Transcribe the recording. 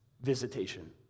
visitation